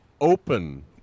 open